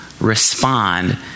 respond